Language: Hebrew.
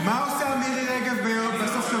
מה עושה מירי רגב בסופשבוע?